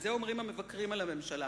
את זה אומרים המבקרים את הממשלה.